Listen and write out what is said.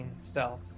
stealth